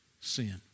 sin